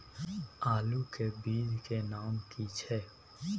आलू के बीज के नाम की छै?